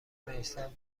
میثم